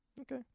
okay